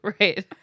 Right